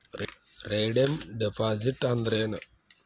Redeem deposit ಅಂದ್ರೇನ್?